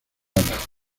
ala